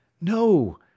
No